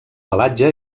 pelatge